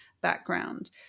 background